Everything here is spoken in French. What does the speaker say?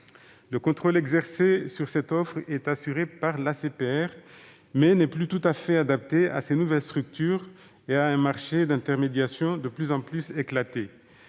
Le contrôle exercé sur cette offre est assuré par l'ACPR, mais n'est plus tout à fait adapté à ces nouvelles structures et à un marché d'intermédiation de plus en plus éclaté.